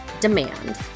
demand